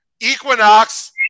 Equinox